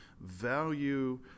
Value